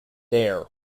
air